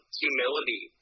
humility